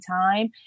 time